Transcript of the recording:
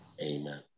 Amen